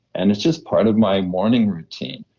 and it's just part of my morning routine.